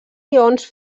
ions